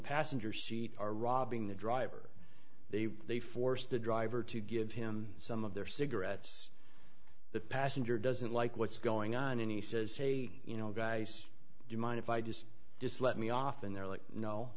passenger seat are robbing the driver they they force the driver to give him some of their cigarettes the passenger doesn't like what's going on and he says hey you know guys do you mind if i just just let me off and they're like no